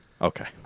Okay